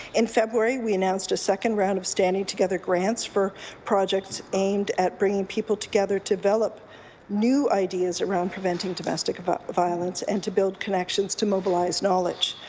in february, we announced a second round of standing together grants for projects aimed at bringing people together to develop new ideas around preventing domestic ah violence and to build connections to mobilize knowledge.